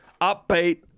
Upbeat